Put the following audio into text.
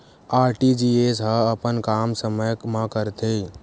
RTGS ह अपन काम समय मा करथे?